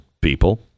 people